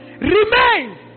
Remain